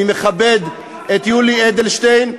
אני מכבד את יולי אדלשטיין,